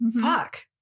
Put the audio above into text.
fuck